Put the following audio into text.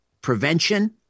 prevention